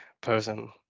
person